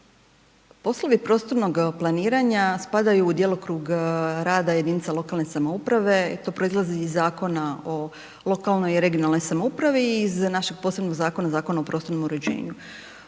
Poslovi prostornog planiranja spadaju u djelokrug rada jedinica lokalne samouprave, to proizlazi iz Zakona o lokalnoj i regionalnoj samoupravi i iz našeg posebnog zakona, Zakona o prostornom uređenju.